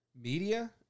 media